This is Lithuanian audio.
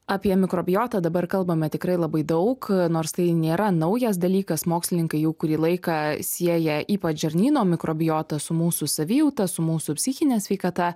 apie mikrobiotą dabar kalbame tikrai labai daug nors tai nėra naujas dalykas mokslininkai jau kurį laiką sieja ypač žarnyno mikrobiotą su mūsų savijauta su mūsų psichine sveikata